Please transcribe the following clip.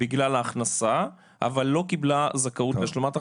בגלל ההכנסה אבל לא קיבלה זכאות להשלמת הכנסה,